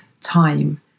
time